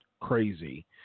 crazy